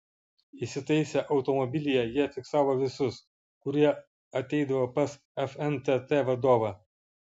įsitaisę automobilyje jie fiksavo visus kurie ateidavo pas fntt vadovą